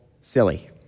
silly